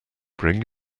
bring